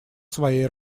своей